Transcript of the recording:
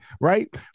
right